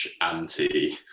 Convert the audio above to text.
anti